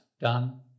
done